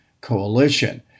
coalition